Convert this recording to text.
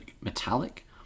metallic